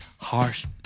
Harsh